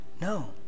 No